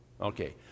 Okay